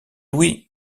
louis